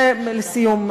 לסיום,